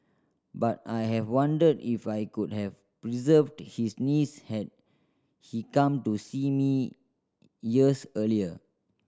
but I have wondered if I could have preserved his knees had he come to see me years earlier